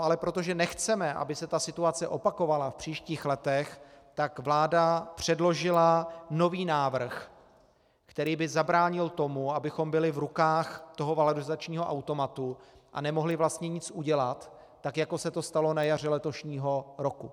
Ale protože nechceme, aby se ta situace opakovala v příštích letech, vláda předložila nový návrh, který by zabránil tomu, abychom byli v rukách valorizačního automatu a nemohli vlastně nic udělat, jako se to stalo na jaře letošního roku.